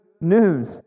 news